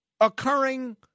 occurring